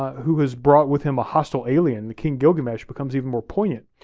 who has brought with him a hostile alien, the king gilgamesh, becomes even more poignant.